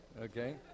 Okay